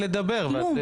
כלום.